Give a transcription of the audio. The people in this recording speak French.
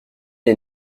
les